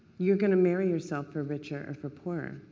you are going to marry yourself for richer or for poorer.